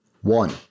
One